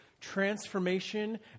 transformation